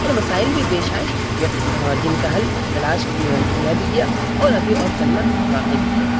اور وسائل بھی پیش آئے اور جن کا حل تلاش کیا بھی گیا اور ابھی اور کرنا باقی بھی ہے